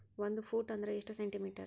ಒಂದು ಫೂಟ್ ಅಂದ್ರ ಎಷ್ಟು ಸೆಂಟಿ ಮೇಟರ್?